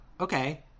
okay